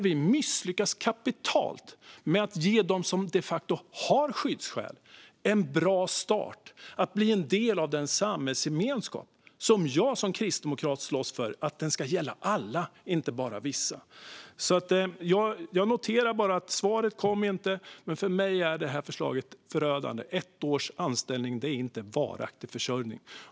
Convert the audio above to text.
Vi misslyckas kapitalt med att ge dem som de facto har skyddsskäl en bra start så att de blir en del av den samhällsgemenskap som jag som kristdemokrat slåss för och som ska gälla alla, inte bara vissa. Jag noterar bara att svaret inte kom. För mig är detta förslag förödande. Ett års anställning är inte varaktig försörjning.